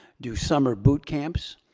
do summer boot camps.